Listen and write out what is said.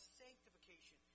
sanctification